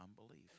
unbelief